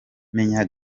menya